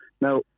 Now